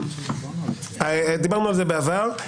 דיברנו על זה בעבר.